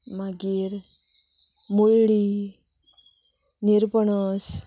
मागीर मुळ्ळी निरपणस